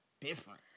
Different